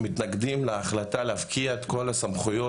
מתנגדים להחלטה להפקיע את כל הסמכויות